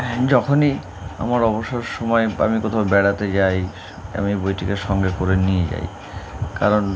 যখনই আমার অবসর সময় আমি কোথাও বেড়াতে যাই আমি বইটিকে সঙ্গে করে নিয়ে যাই কারণ